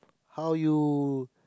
how you